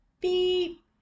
beep